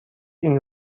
این